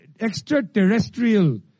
extraterrestrial